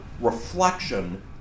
reflection